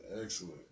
excellent